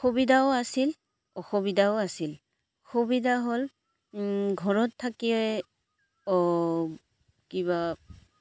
সুবিধাও আছিল অসুবিধাও আছিল সুবিধা হ'ল ঘৰত থাকিয়ে কিবা